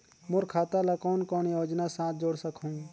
मोर खाता ला कौन कौन योजना साथ जोड़ सकहुं?